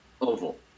oval